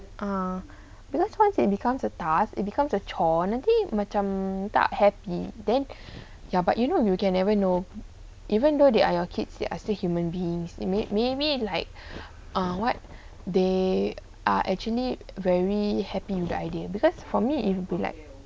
ah because once it becomes a task it becomes a chore nanti macam tak happy then ya but you know you can never know even though they are your kids they are still human beings you made me me like what they are actually very happy with the idea because for me it be like